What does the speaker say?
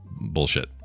bullshit